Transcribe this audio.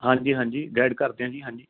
ਹਾਂਜੀ ਹਾਂਜੀ ਗਾਇਡ ਕਰਦੇ ਹਾਂ ਜੀ ਹਾਂਜੀ